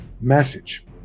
message